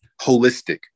holistic